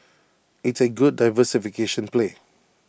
it's A good diversification play